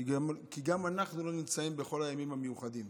כי גם אנחנו לא נמצאים בכל הימים המיוחדים.